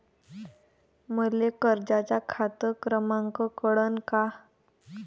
मले कर्जाचा खात क्रमांक कळन का?